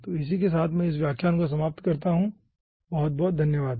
तो इसी के साथ मैं इस व्याख्यान को समाप्त करता हूं धन्यवाद